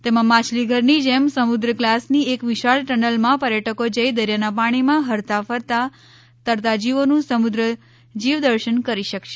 તેમાં માછલીઘરની જેમ સમુદ્ર ગ્લાસની એક વિશાળ ટનલમાં પર્યટકો જઇ દરિયાના પાણીમાં હરતા ફરતા તરતા જીવોનું સમુદ્ર જીવ દર્શન કરી શકશે